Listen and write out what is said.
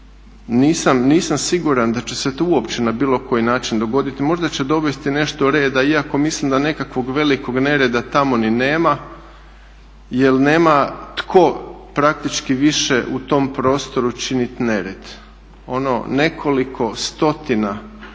Nisam siguran da će se to uopće na bilo koji način dogoditi. Možda će dovesti nešto reda iako mislim da nekakvog velikog nereda tamo ni nema jel nema tko praktički više u tom prostoru činiti nered. Ono nekoliko stotina